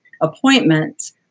appointments